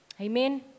Amen